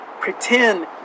Pretend